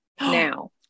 now